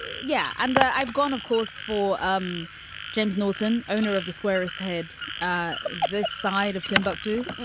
yeah. and i've gone, of course, for um james naughton, owner of the squarest head this side of timbuktu.